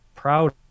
proud